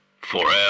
Forever